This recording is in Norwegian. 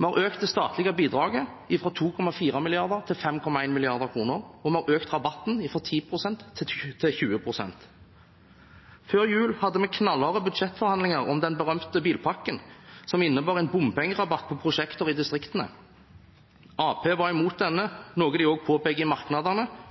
Vi har økt det statlige bidraget fra 2,4 mrd. til 5,1 mrd. kr, og vi har økt rabatten fra 10 pst. til 20 pst. Før jul hadde vi knallharde budsjettforhandlinger om den berømte bilpakken, som innebar en bompengerabatt for prosjekter i distriktene. Arbeiderpartiet var imot denne, noe de også påpeker i merknadene,